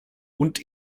und